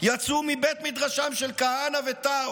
יצאו מבית מדרשם של כהנא וטאו.